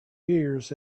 years